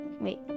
wait